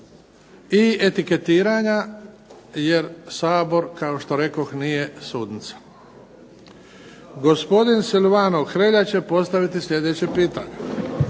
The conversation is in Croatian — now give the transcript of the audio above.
i etiketiranja jer Sabor nije sudnica. Gospodin Silvano Hrelja će postaviti sljedeće pitanje.